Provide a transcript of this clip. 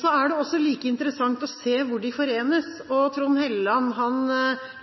Så er det også like interessant å se hvor de forenes. Trond Helleland